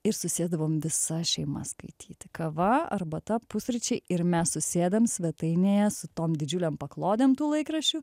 ir susėsdavom visa šeima skaityti kava arbata pusryčiai ir mes susėdam svetainėje su tom didžiulėm paklodėm tų laikraščių